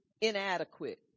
inadequate